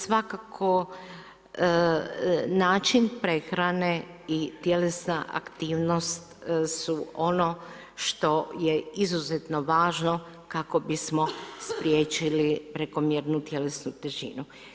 Svakako način prehrane i tjelesna aktivnost su ono što je izuzetno važno kako bismo spriječili prekomjernu tjelesnu težinu.